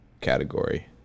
category